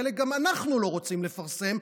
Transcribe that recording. חלק גם אנחנו לא רוצים לפרסם,